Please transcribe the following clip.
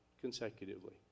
consecutively